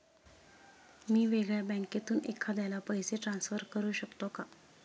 मी वेगळ्या बँकेतून एखाद्याला पैसे ट्रान्सफर करू शकतो का?